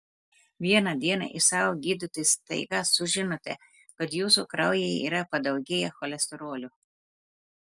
vieną dieną iš savo gydytojo staiga sužinote kad jūsų kraujyje yra padaugėję cholesterolio